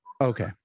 Okay